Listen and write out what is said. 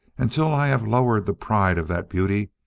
until i have lowered the pride of that beauty,